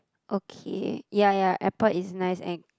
okay ya ya airport is nice and